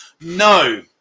No